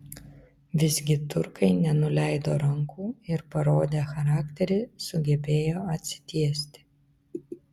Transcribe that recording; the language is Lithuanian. visgi turkai nenuleido rankų ir parodę charakterį sugebėjo atsitiesti